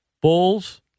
Bulls